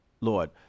Lord